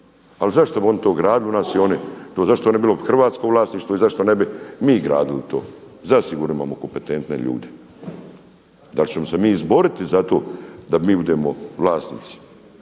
ali zašto bi to oni gradili u nas, zašto ne bi bilo hrvatsko vlasništvo i zašto ne bi mi gradili to? Zasigurno imamo kompetentne ljude. Da li ćemo se mi izboriti za to da budemo vlasnici